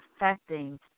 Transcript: affecting